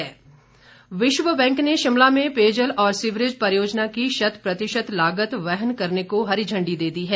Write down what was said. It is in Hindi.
वक्तव्य विश्वबैंक ने शिमला में पेयजल और सीवरेज परियोजना की शत प्रतिशत लागत वहन करने को हरी झंडी दे दी है